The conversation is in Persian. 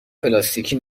پلاستیکی